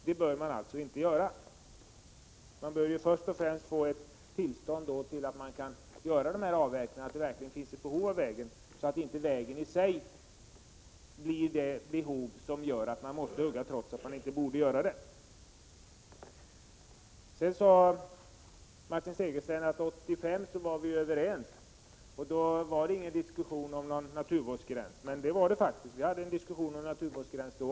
Man bör först och främst göra en avvägning av frågan om det verkligen finns ett behov av en väg innan man lämnar tillstånd till avverkning, så att inte vägen i sig skapar ett behov av och gör det nödvändigt att hugga. Martin Segerstedt sade också att vi var överens 1985 och att det då inte diskuterades någon naturvårdsgräns. Men vi förde faktiskt en diskussion om en sådan även då.